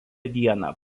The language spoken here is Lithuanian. dieną